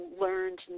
learned